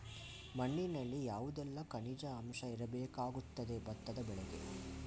ಮಣ್ಣಿನಲ್ಲಿ ಯಾವುದೆಲ್ಲ ಖನಿಜ ಅಂಶ ಇರಬೇಕಾಗುತ್ತದೆ ಭತ್ತದ ಬೆಳೆಗೆ?